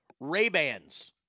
Ray-Bans